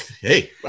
Hey